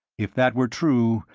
if that were true,